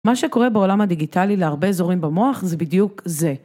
מה שקורה בעולם הדיגיטלי להרבה אזורים במוח זה בדיוק זה.